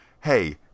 Hey